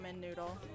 noodle